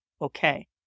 okay